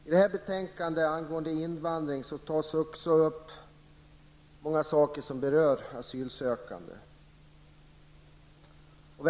I betänkandet angående invandring tas också många saker som berör asylsökande upp.